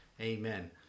Amen